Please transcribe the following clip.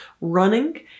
running